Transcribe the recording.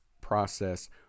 process